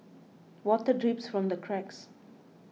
water drips from the cracks